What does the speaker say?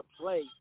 play